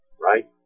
Right